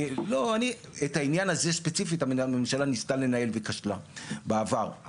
לא את העניין הזה ספציפית הממשלה ניסתה לנהל וכשלה בעבר,